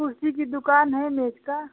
कुर्सी की दुकान है मेज़ की